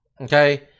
Okay